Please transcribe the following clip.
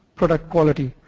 product quality.